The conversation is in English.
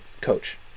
coach